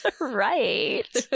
Right